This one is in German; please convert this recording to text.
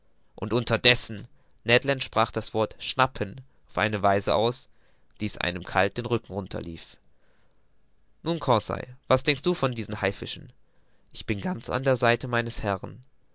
und unterdessen ned land sprach das wort schnappen auf eine weise aus daß es einem kalt über den rücken lief nun conseil was denkst du von diesen haifischen ich bin ganz auf der seite meines herrn